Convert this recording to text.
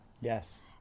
Yes